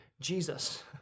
Jesus